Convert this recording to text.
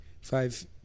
five